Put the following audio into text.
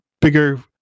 bigger